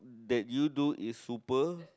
that you do is super